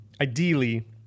ideally